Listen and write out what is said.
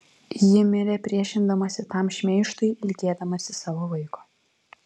ji mirė priešindamasi tam šmeižtui ilgėdamasi savo vaiko